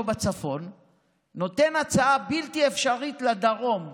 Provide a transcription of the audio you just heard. בצפון נותן הצעה בלתי אפשרית לדרום וזוכה,